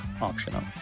optional